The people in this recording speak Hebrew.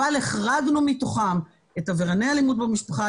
אבל החרגנו מתוכם את עברייני אלימות במשפחה,